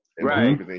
Right